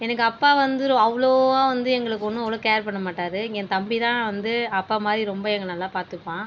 எனக்கு அப்பா வந்து ரொ அவ்ளோவாக வந்து எங்களுக்கு ஒன்று அவ்ளோக கேர் பண்ண மாட்டார் என் தம்பி தான் வந்து அப்பா மாரி ரொம்ப எங்களை நல்லா பார்த்துப்பான்